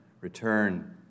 return